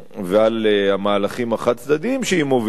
ועל המהלכים החד-צדדיים שהיא מובילה,